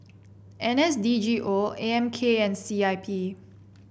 N S D G O A M K and C I P